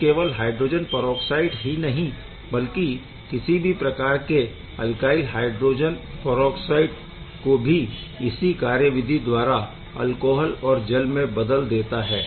यह केवल hydrogen peroxide ही नहीं बल्कि किसी भी प्रकार के अल्काइल हायड्रो परऑक्साइड को भी इसी कार्यविधि द्वारा एल्कोहल और जल में बदल देता है